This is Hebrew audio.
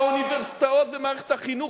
האוניברסיטאות ומערכת החינוך,